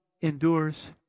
endures